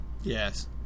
yes